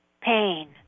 pain